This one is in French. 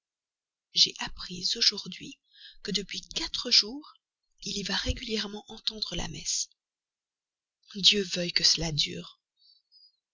j'ai appris aujourd'hui que depuis quatre jours il y va régulièrement entendre la messe dieu veuille que cela dure